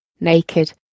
Naked